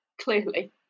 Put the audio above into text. Clearly